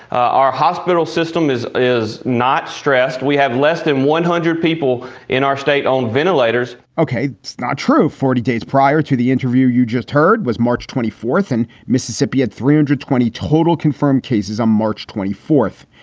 our hospital system is is not stressed. we have less than one hundred people in our state on ventilators ok? it's not true. forty days prior to the interview you just heard was march twenty fourth in mississippi at three hundred and twenty total confirmed cases on um march twenty fourth.